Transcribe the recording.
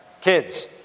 Kids